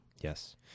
Yes